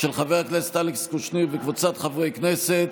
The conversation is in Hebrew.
של חבר הכנסת אלכס קושניר וקבוצת חברי הכנסת,